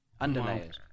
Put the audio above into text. Underlayers